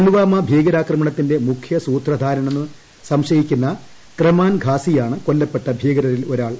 പുൽവാമ ഭീകരാക്രണമത്തിന്റെ മുഷ്യ സൂത്രധാരനെന്ന് സംശയിക്കുന്ന കമ്രാൻ ഖാസിയാണ് കൊല്ലപ്പെട്ട ഭീകരരിൽ ഒരാൾ